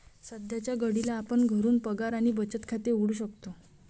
सध्याच्या घडीला आपण घरून पगार आणि बचत खाते उघडू शकतो